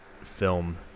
film